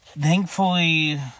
thankfully